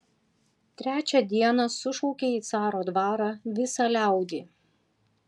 trečią dieną sušaukė į caro dvarą visą liaudį